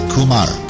Kumar